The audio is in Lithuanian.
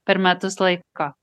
per metus laiko